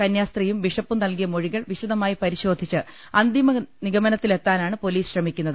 കന്യാസ്ത്രീയും ബിഷപ്പും നൽകിയ മൊഴികൾ വിശദമായി പരിശോധിച്ച് അന്തിമ നിഗമനത്തിലെത്താനാണ് പൊലീസ് ശ്രമിക്കുന്നത്